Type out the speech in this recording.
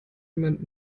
jemand